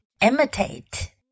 imitate